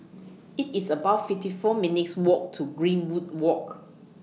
It's about fifty four minutes' Walk to Greenwood Walk